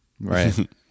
Right